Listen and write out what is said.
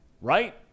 right